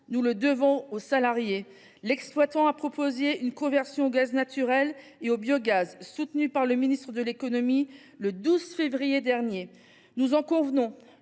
nous le devons aux salariés. L’exploitant a proposé une conversion au gaz naturel et au biogaz, soutenue par le ministre de l’économie, le 12 février dernier. Nous en convenons,